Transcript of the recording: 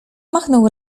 machnął